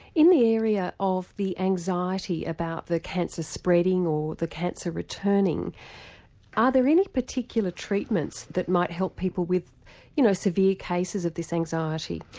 in the area of the anxiety about the cancer spreading, or the cancer returning are there any particular treatments that might help people with you know severe cases of this anxiety?